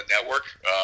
network